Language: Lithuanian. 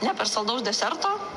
ne per saldaus deserto